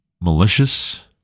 malicious